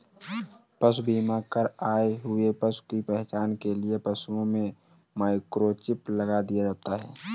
पशु बीमा कर आए हुए पशु की पहचान के लिए पशुओं में माइक्रोचिप लगा दिया जाता है